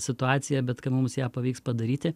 situacija bet kad mums ją pavyks padaryti